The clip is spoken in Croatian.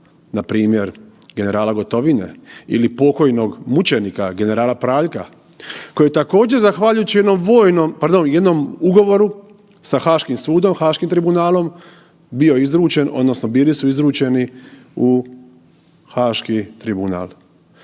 Haag, npr. Generala Gotovine ili pok. mučenika generala Praljka, koji je također, zahvaljujući jednom vojnom, pardon, jednom ugovoru sa Haškim sudom, haškim tribunalom, bio izručen, odnosno bili su izručeni u haški tribunal.